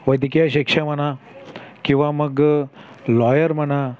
वैद्यकीय शिक्षा म्हणा किंवा मग लॉयर म्हणा